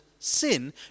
sin